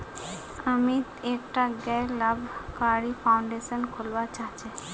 अमित एकटा गैर लाभकारी फाउंडेशन खोलवा चाह छ